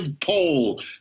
poll